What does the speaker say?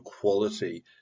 quality